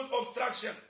obstruction